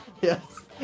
Yes